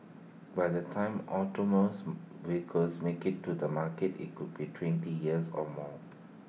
by the time autonomous vehicles make IT to the market IT could be twenty years or more